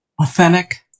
authentic